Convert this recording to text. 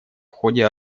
ходе